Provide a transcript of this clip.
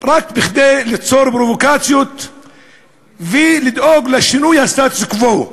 רק בכדי ליצור פרובוקציות ולדאוג לשינוי הסטטוס-קוו.